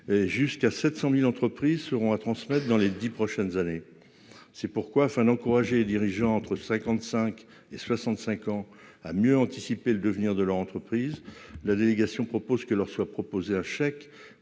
jusqu'à 700000 entreprises seront à transmettre dans les 10 prochaines années, c'est pourquoi, afin d'encourager les dirigeants entre 55 et 65 ans à mieux anticiper le devenir de leur entreprise, la délégation propose que leur soit proposé à chèque